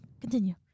continue